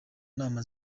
nama